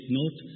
note